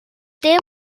dim